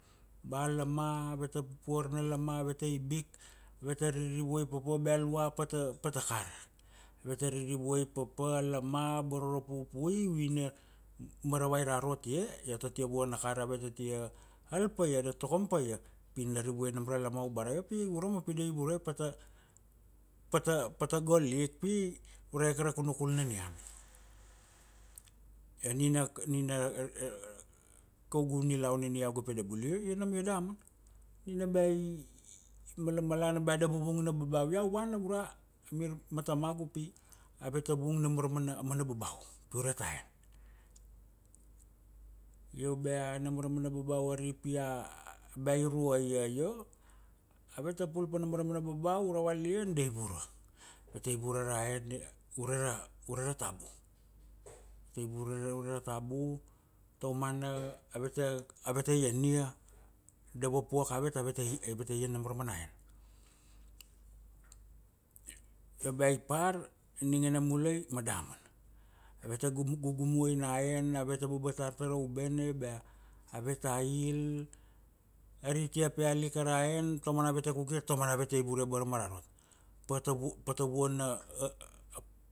ba a lama ave ta pupuar na lama, ave ta ibik, ave ta riri vuai papa, bea lua pata, pata kar. Ave ta riri vuai papa a lama aboro ra pupui uine maravai ra rot ie, io ta tia vuana kar ave ta tia al pa ia, da tokom pa ia pi na rivue nam ra lama ubara io pi urama pi da ivure pa ta, pa ta gol ik pi ureke ra kunukul na nian. kaugu nilaun ania iau ga pede bul io-ionam, io damana, nina ba i malamalana ba da vuvung na babau, iau vana ura amir ma tamagu pi ave ta vung nam ra mana, a mana babau pi ure ta en. Io bea nam ra mana babau ari pi ba i rua ia, io ave ta pul pa nam ra mana babau ura valian da ivura, ave ta ivure ra en, ure ra, ure ra tabu. Ave ta ivure ure ra tabu, ta umana ave ta, ave ta iania, da vapuak avet, ave ta, ave ta ian nam ra mana en. Io bea ipar, ningene mulai ma damana. Ave ta gu-gugu muai na en, ave ta babat tar ta ra ubene bea ave ta il. Ari tia peal ika ra en, ta umana ave ta cook ia ta umana ave ta ivure abarama ra rot, pata vu-pata vuana